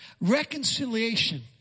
reconciliation